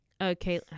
Okay